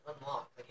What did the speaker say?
unlock